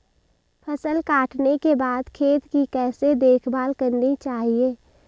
फसल काटने के बाद खेत की कैसे देखभाल करनी चाहिए?